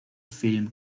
film